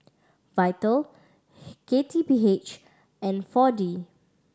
Vital K T P H and Four D